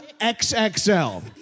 XXL